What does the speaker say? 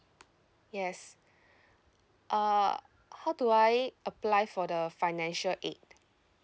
yes uh how do I apply for the financial aid